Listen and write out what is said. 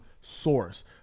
source